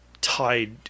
tied